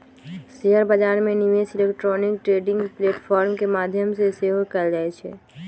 share बजार में निवेश इलेक्ट्रॉनिक ट्रेडिंग प्लेटफॉर्म के माध्यम से सेहो कएल जाइ छइ